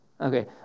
Okay